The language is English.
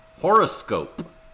Horoscope